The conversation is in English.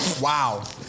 Wow